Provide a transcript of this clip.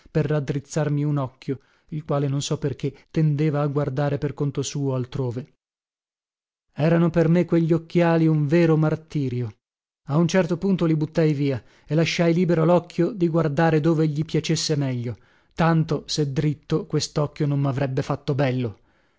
per raddrizzarmi un occhio il quale non so perché tendeva a guardare per conto suo altrove erano per me quegli occhiali un vero martirio a un certo punto li buttai via e lasciai libero locchio di guardare dove gli piacesse meglio tanto se dritto questocchio non mavrebbe fatto bello